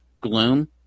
Gloom